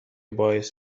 باعث